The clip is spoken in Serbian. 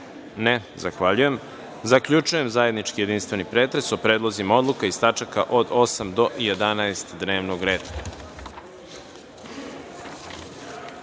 (Ne)Zahvaljujem. Zaključujem zajednički jedinstveni pretres o predlozima odluka iz tačaka od 8. do 11. dnevnog